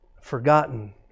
forgotten